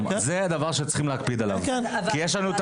צריך להקפיד על הדבר הזה.